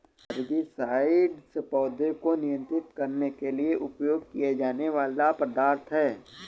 herbicides पौधों को नियंत्रित करने के लिए उपयोग किए जाने वाले पदार्थ हैं